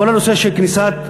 כל הנושא של כניסת,